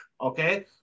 okay